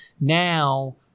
now